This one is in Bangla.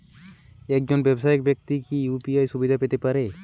একজন ব্যাবসায়িক ব্যাক্তি কি ইউ.পি.আই সুবিধা পেতে পারে?